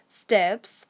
steps